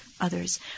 Others